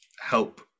help